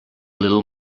little